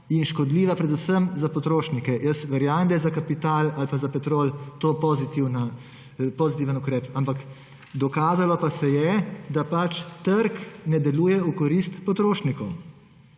in škodljiva predvsem za potrošnike? Jaz verjamem, da je za kapital ali pa za Petrol to pozitiven ukrep, ampak dokazalo pa se je, da trg pač ne deluje v korist potrošnikov.